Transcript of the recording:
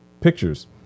pictures